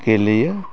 गेलेयो